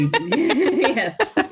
Yes